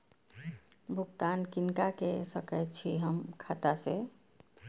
भुगतान किनका के सकै छी हम खाता से?